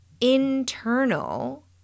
internal